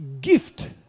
gift